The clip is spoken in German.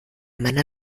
meiner